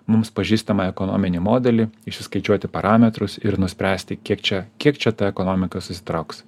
mums pažįstamą ekonominį modelį išsiskaičiuoti parametrus ir nuspręsti kiek čia kiek čia ta ekonomika susitrauks